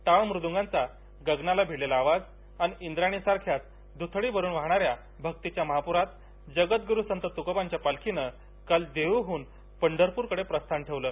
टाळ मूदंगाचा गगनाला भिडलेला आवाज अन इंद्रायणीसारख्याच दुथडी भरून वाहणारया भक्तिच्या महापुरात जगदगुरू संत तुकोबांच्या पालबीनं काल देहहून पंढरपूरकडे प्रस्थान ठेवलं